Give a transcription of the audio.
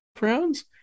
rounds